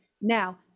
now